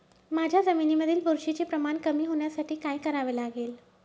माझ्या जमिनीमधील बुरशीचे प्रमाण कमी होण्यासाठी काय करावे लागेल?